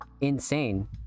insane